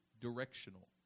directional